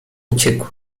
uciekł